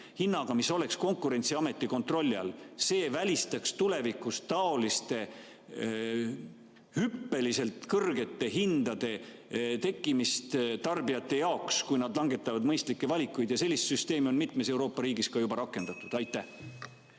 hinnaga, mis oleks Konkurentsiameti kontrolli all. See välistaks tulevikus taoliste hüppeliselt kõrgete hindade tekkimise tarbijate jaoks, kui nad langetavad mõistlikke valikuid. Sellist süsteemi on mitmes Euroopa riigis ka juba rakendatud. Keit